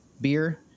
beer